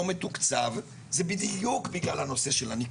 מתוקצב זה בדיוק בגלל הנושא של הניקוד.